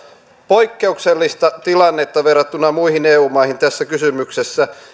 poikkeuksellista tilannetta verrattuna muihin eu maihin tässä kysymyksessä